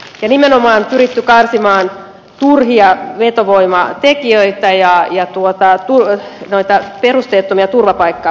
ja nimenomaan on pyritty karsimaan turhia vetovoimatekijöitä ja perusteettomia turvapaikkahakemuksia